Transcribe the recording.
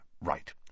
Right